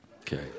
Okay